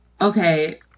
okay